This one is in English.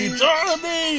Johnny